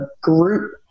group